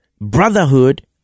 brotherhood